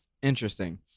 Interesting